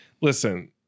listen